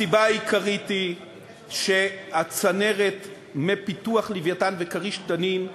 הסיבה העיקרית היא שהצנרת מפיתוח "לווייתן" ו"כריש" "תנין",